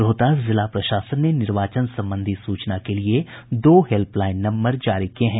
रोहतास जिला प्रशासन ने निर्वाचन संबंधी सूचना के लिये दो हेल्पलाईन नम्बर जारी किये हैं